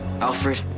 Alfred